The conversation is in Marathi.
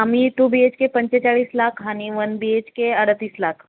आम्ही टू बी एच के पंचेचाळीस लाख आणि वन बी एच के अडतीस लाख